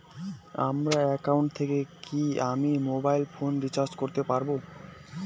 আমার একাউন্ট থেকে কি আমি মোবাইল ফোন রিসার্চ করতে পারবো?